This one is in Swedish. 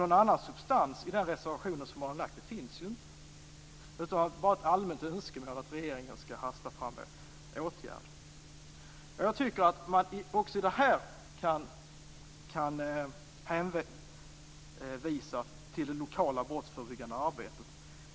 Någon annan substans i den reservation man har lagt finns inte. Det är bara ett allmänt önskemål om att regeringen skall hasta fram en åtgärd. Jag tycker att man också i det här kan hänvisa till det lokala brottsförebyggande arbetet.